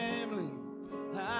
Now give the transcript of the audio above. family